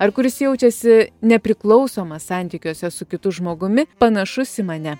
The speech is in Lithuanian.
ar kuris jaučiasi nepriklausomas santykiuose su kitu žmogumi panašus į mane